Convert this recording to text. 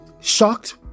shocked